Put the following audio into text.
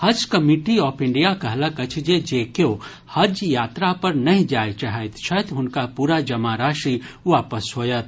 हज committee of India कहलक अछि कि जे केओ हज यात्रा पर नहि जाय चाहैत छथि हुनका पूरा जमा राशि वापस होयत